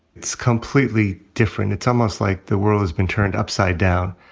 it's completely different. it's almost like the world has been turned upside down.